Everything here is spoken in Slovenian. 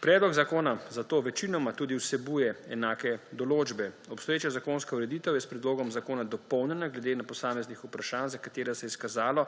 Predlog zakona zato večinoma tudi vsebuje enake določbe. Obstoječa zakonska ureditev je s predlogom zakona dopolnjena glede posameznih vprašanj, za katera se je izkazalo,